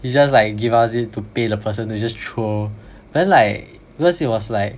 he just like give us it to pay the person then you just throw then like because it was like